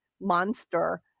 monster